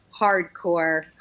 hardcore